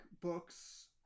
books